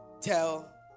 tell